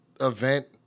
event